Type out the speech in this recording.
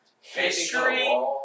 history